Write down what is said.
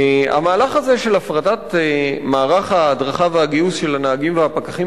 המהלך הזה של הפרטת מערך ההדרכה והגיוס של הנהגים והפקחים